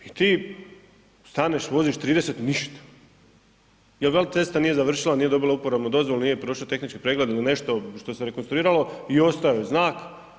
I ti staneš, voziš 30, ništa, jer veli cesta nije završila, nije dobila uporabnu dozvolu, nije prošao tehnički pregled ili nešto što se rekonstruiralo i ostao je znak.